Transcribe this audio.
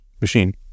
machine